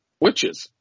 witches